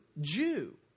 Jew